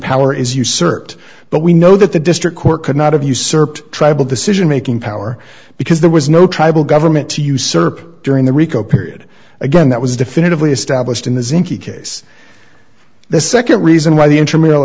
power is usurped but we know that the district court could not have usurped tribal decision making power because there was no tribal government to usurp during the ricoh period again that was definitively established in the case the nd reason why the intermural